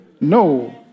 No